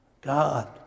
God